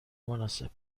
مناسب